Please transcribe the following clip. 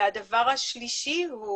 והדבר השלישי הוא